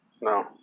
No